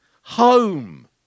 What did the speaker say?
Home